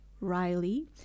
Riley